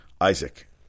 Isaac